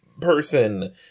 person